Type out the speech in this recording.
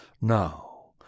now